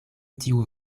tiu